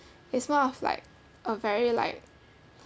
it's more of like a very like